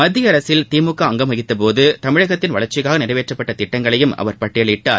மத்திய அரசில் திமுக அங்கம் வகித்தபோது தமிழகத்தின் வளர்ச்சிக்காக நிறைவேற்றப்பட்ட திட்டங்களையும் அவர் அபட்டியலிட்டார்